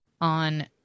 on